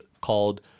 called